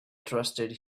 trusted